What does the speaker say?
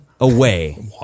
away